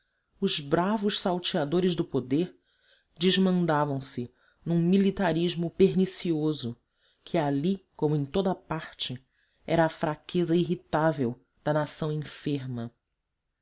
os bravos salteadores do poder desmandavam se num militarismo pernicioso que ali como em toda parte era a fraqueza irritável da nação enferma